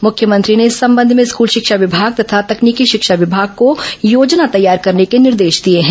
मुख्यमंत्री ने इस संबंध में स्कूल शिक्षा विभाग तथा तकनीकी शिक्षा विभाग को योजना तैयार करने के निर्देश दिए हैं